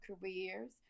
careers